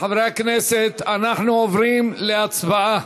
חברי הכנסת, אנחנו עוברים להצבעה.